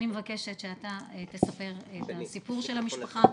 אני מבקשת שאתה תספר את הסיפור של המשפחה,